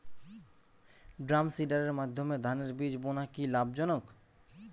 ড্রামসিডারের মাধ্যমে ধানের বীজ বোনা কি লাভজনক?